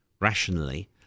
rationally